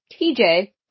TJ